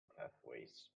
pathways